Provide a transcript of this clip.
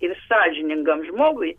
ir sąžiningam žmogui